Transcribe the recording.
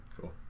cool